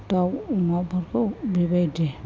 दाउ अमाफोरखौ बेबायदि